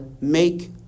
make